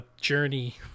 journey